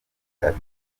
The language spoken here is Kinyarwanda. ati